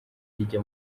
rijya